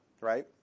Right